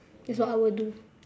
that's what I would do